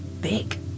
big